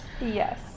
Yes